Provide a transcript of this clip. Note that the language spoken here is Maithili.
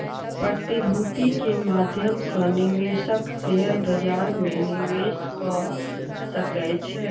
प्रतिभूति के माध्यम सॅ निवेशक शेयर बजार में निवेश कअ सकै छै